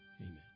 Amen